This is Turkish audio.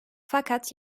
fakat